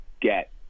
get